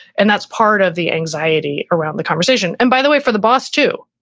and that's part of the anxiety around the conversation. and by the way, for the boss too,